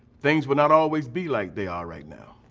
things were not always be like they are right now.